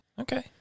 Okay